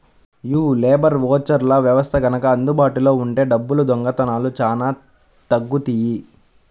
యీ లేబర్ ఓచర్ల వ్యవస్థ గనక అందుబాటులో ఉంటే డబ్బుల దొంగతనాలు చానా తగ్గుతియ్యి